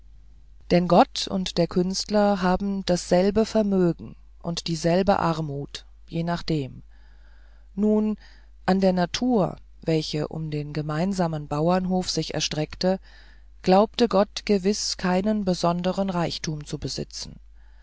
denn gott und der künstler haben dasselbe vermögen und dieselbe armut je nachdem nun an der natur welche um den gemeinsamen bauernhof sich erstreckte glaubte gott gewiß keinen besonderen reichtum zu besitzen